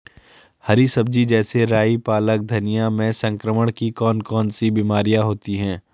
हरी सब्जी जैसे राई पालक धनिया में संक्रमण की कौन कौन सी बीमारियां होती हैं?